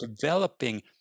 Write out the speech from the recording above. developing